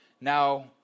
now